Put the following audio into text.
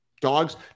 dogs